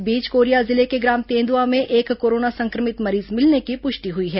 इस बीच कोरिया जिले के ग्राम तेंदुआ में एक कोरोना संक्रमित मरीज मिलने की पुष्टि हुई है